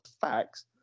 facts